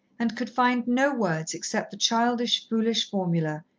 and could find no words except the childish foolish formula,